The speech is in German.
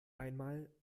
einmal